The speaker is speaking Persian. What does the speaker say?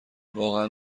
واقعا